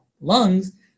lungs